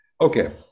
Okay